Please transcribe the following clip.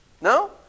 No